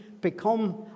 become